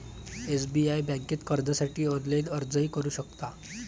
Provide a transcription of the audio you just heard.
SBI बँकेत कर्जासाठी online अर्जही करू शकता